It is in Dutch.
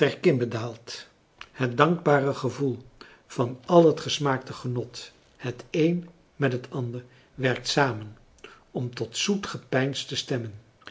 daalt het dankbare gevoel van al het gesmaakte genot het een met het ander werkt samen om tot zoet gepeins te stemmen